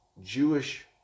Jewish